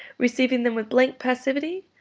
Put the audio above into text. receiving them with blank passivity,